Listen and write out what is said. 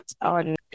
on